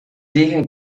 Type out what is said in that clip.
dije